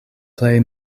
plej